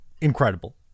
incredible